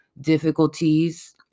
difficulties